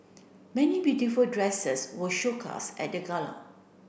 many beautiful dresses were at that gala